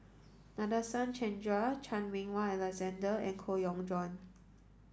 Nadasen Chandra Chan Meng Wah Alexander and Koh Yong Guan